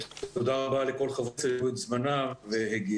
תודה רבה לכל חברי הכנסת שפינו מזמנם והגיעו,